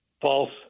false